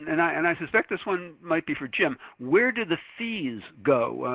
and i and i suspect this one might be for jim. where do the fees go?